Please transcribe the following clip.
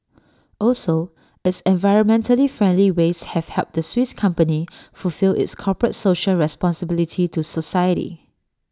also its environmentally friendly ways have helped the Swiss company fulfil its corporate social responsibility to society